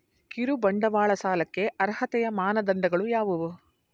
ಕಿರುಬಂಡವಾಳ ಸಾಲಕ್ಕೆ ಅರ್ಹತೆಯ ಮಾನದಂಡಗಳು ಯಾವುವು?